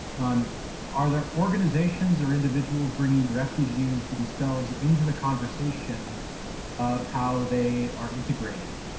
um are there organizations or individuals bringing refugees themselves into the conversation of how they are integrated?